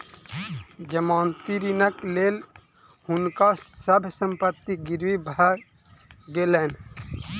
जमानती ऋणक लेल हुनका सभ संपत्ति गिरवी भ गेलैन